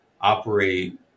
operate